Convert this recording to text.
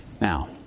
Now